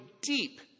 deep